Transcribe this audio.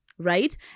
right